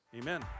Amen